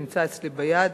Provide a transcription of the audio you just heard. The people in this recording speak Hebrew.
הוא נמצא אצלי ביד,